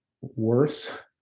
worse